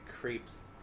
creeps